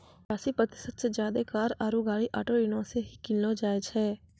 पचासी प्रतिशत से ज्यादे कार आरु गाड़ी ऑटो ऋणो से ही किनलो जाय छै